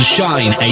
Shine